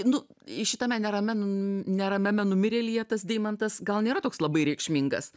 nu šitame neramia neramiame numirėlyje tas deimantas gal nėra toks labai reikšmingas